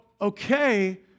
Okay